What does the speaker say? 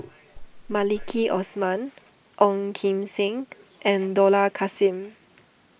Maliki Osman Ong Kim Seng and Dollah Kassim